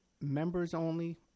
members-only